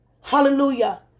Hallelujah